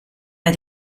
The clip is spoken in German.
bei